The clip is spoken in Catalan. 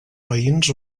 veïns